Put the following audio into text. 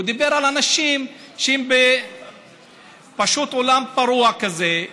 הוא דיבר על אנשים שהם פשוט עולם פרוע כזה.